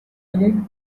again